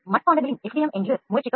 மட்பாண்டங்களின் F